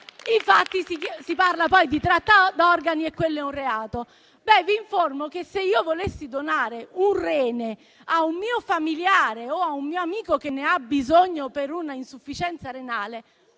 Infatti, si parla di tratta d'organi e quello è un reato. Ebbene, vi informo che se io volessi donare un rene a un mio familiare, o a un mio amico che ne ha bisogno per un'insufficienza renale,